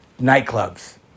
nightclubs